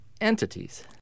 entities